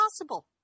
possible